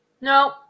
No